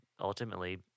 ultimately